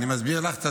אני מסביר לך,